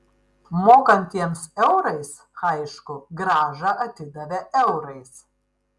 mokantiems eurais aišku grąžą atidavė eurais